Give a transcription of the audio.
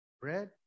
bread